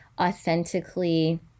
authentically